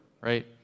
right